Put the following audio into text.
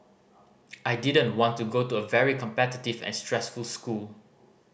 I didn't want to go into a very competitive and stressful school